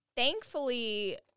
Thankfully